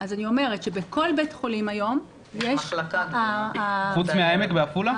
אז אני אומרת שבכל בית חולים היום יש --- חוץ מהעמק ועפולה?